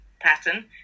pattern